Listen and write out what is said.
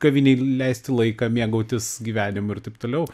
kavinėj leisti laiką mėgautis gyvenimu ir taip toliau